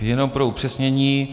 Jen pro upřesnění.